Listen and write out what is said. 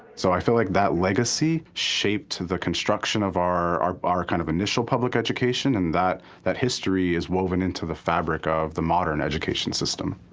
so i feel like that legacy shaped the construction of our our kind of initial public education and that that history is woven into the fabric of the modern education system.